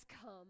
come